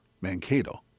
Mankato